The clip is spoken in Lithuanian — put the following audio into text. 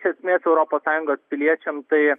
iš esmės europos sąjungos piliečiam tai